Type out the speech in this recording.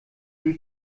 die